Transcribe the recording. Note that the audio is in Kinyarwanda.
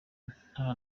nta